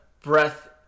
breath